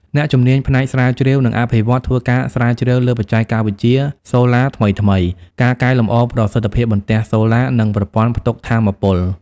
អ្នកជំនាញផ្នែកស្រាវជ្រាវ និងអភិវឌ្ឍន៍ ធ្វើការស្រាវជ្រាវលើបច្ចេកវិទ្យាសូឡាថ្មីៗ ការកែលម្អប្រសិទ្ធភាពបន្ទះសូឡា និងប្រព័ន្ធផ្ទុកថាមពល។